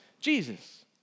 Jesus